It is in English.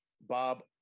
Bob